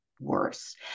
worse